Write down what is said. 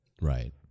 Right